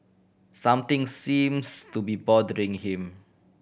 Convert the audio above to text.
something seems to be bothering him